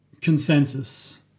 consensus